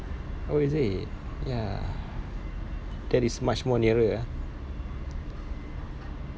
oh is it ya that is much more nearer ah